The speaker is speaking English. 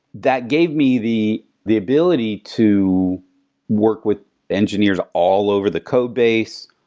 that gave me the the ability to work with engineers all over the codebase,